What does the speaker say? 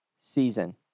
season